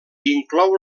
inclou